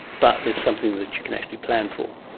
but it's something that you can actually plan for?